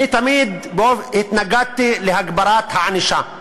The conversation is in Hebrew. אני תמיד התנגדתי להגברת הענישה.